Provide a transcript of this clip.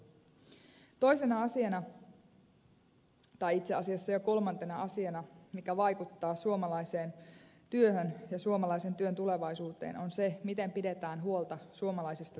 toisena asiana tai itse asiassa jo kolmantena asiana mikä vaikuttaa suomalaiseen työhön ja suomalaisen työn tulevaisuuteen on se miten pidetään huolta suomalaisista työntekijöistä